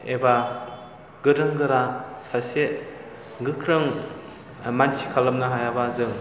एबा गोरों गोरा सासे गोख्रों मानसि खालामनो हायाबा जों